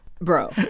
Bro